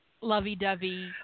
lovey-dovey